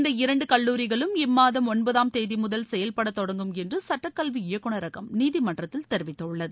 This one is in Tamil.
இந்த இரண்டு கல்லூரிகளும் இம்மாதம் ஒன்பதாம் தேதி முதல் செயல்படத் தொடங்கும் என்று சுட்டக் கல்வி இயக்குநரகம் நீதிமன்றத்தில் தெரிவித்துள்ளது